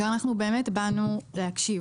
שאנחנו באמת באנו להקשיב.